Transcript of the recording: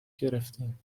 گرفتیم